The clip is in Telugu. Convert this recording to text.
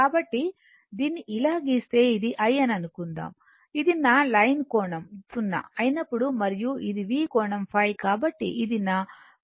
కాబట్టి దీన్ని ఇలా గీస్తే ఇది I అని అనుకుందాం ఇది నా లైన్ కోణం 0 అయినప్పుడు మరియు ఇది V కోణంϕ కాబట్టి ఇది నా v